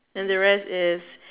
then the rest is